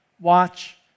watch